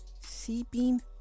seeping